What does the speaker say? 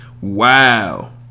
Wow